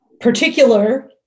particular